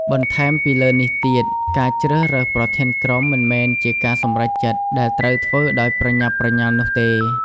បន្ថែមពីលើនេះទៀត ការជ្រើសរើសប្រធានក្រុមមិនមែនជាការសម្រេចចិត្តដែលត្រូវធ្វើដោយប្រញាប់ប្រញាល់នោះទេ។